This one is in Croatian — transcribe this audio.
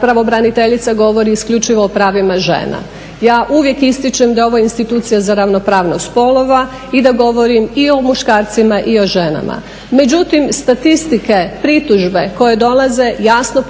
pravobraniteljica govori isključivo o pravima žena. Ja uvijek ističem da je ovo institucija za ravnopravnost spolova i da govorim i o muškarcima i o ženama. Međutim, statistike, pritužbe koje dolaze jasno pokazuju